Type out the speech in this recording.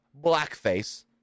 blackface